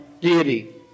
deity